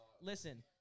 Listen